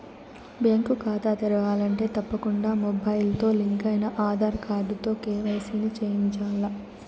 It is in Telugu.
బ్యేంకు కాతా తెరవాలంటే తప్పకుండా మొబయిల్తో లింకయిన ఆదార్ కార్డుతో కేవైసీని చేయించాల్ల